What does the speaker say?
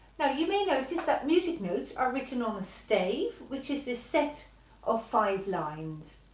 now you may notice that music notes are written on a stave which is this set of five lines,